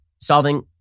solving